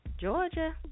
Georgia